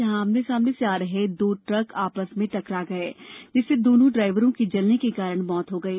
जहां आमने सामने से आ रहे दो ट्रक आपस में टकरा गए जिसमें दोनों ड्राइवरों की जलने के कारण मृत्यु हो गई